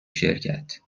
شرکت